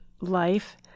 life